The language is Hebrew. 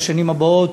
בשנים הבאות,